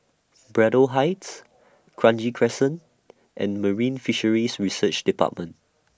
Braddell Heights Kranji Crescent and Marine Fisheries Research department